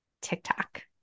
TikTok